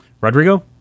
Rodrigo